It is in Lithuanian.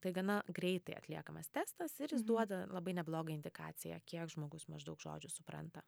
tai gana greitai atliekamas testas ir jis duoda labai neblogą indikaciją kiek žmogus maždaug žodžių supranta